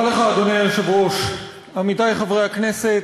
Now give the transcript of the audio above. אדוני היושב-ראש, תודה לך, עמיתי חברי הכנסת,